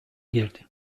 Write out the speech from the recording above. girdi